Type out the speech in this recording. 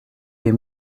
des